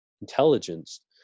intelligence